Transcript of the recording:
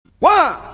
One